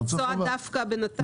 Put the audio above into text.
-- לנסוע דווקא בנת"צים.